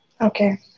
Okay